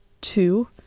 two